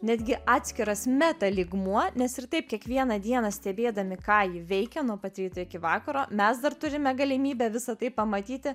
netgi atskiras meta lygmuo nes ir taip kiekvieną dieną stebėdami ką ji veikia nuo pat ryto iki vakaro mes dar turime galimybę visa tai pamatyti